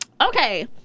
Okay